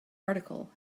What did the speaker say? article